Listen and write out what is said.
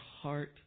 heart